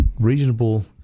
reasonable